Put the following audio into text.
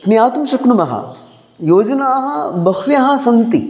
ज्ञातुं शक्नुमः योजनाः बह्व्यः सन्ति